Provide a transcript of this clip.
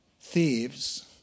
Thieves